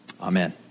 Amen